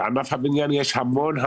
בענף הבניין יש המון,